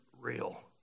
real